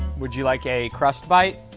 would you like a crust bite?